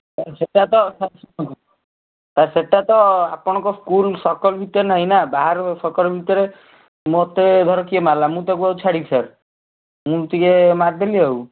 sir ସେଇଟା sir ସେଇଟା ତ ଆପଣଙ୍କ ସ୍କୁଲ୍ ସର୍କଲ୍ ଭିତରେ ନାଇଁ ନାଁ ବାହାର ସର୍କଲ୍ ଭିତରେ ମୋତେ ଧର କିଏ ମାରିଲା ମୁଁ ତା'କୁ ଆଉ ଛାଡିବି କି ସାର୍ ମୁଁ ଟିକେ ମାରିଦେଲି ଆଉ